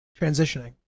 transitioning